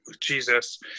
Jesus